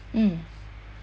mm